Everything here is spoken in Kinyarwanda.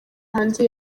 hanze